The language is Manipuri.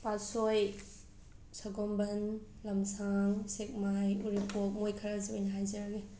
ꯄꯥꯠꯁꯣꯏ ꯁꯒꯣꯜꯕꯟ ꯂꯝꯁꯥꯡ ꯁꯦꯛꯃꯥꯏ ꯎꯔꯤꯄꯣꯛ ꯃꯣꯏ ꯈꯔꯁꯤ ꯑꯣꯏꯅ ꯍꯥꯏꯖꯔꯒꯦ